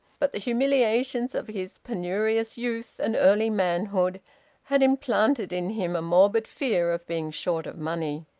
but the humiliations of his penurious youth and early manhood had implanted in him a morbid fear of being short of money.